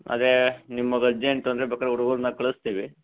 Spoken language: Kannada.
ಅದೇ ನಿಮ್ಗೆ ಅರ್ಜೆಂಟು ಅಂದರೆ ಬೇಕಾದ್ರೆ ಹುಡುಗರನ್ನು ಕಳಿಸ್ತೀವಿ